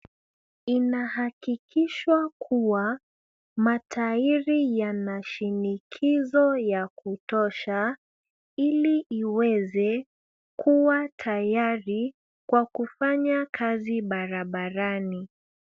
Inahakikishwa kua matairi yana shinikizo ya kutosha ili iweze kuwa tayari kwa kufanya kazi barabarani.